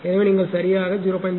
எனவே நீங்கள் சரியாக 0